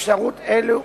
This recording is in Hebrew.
אפשרויות אלו